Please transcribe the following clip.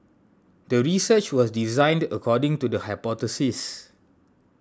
the research was designed according to the hypothesis